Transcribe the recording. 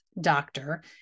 doctor